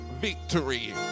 Victory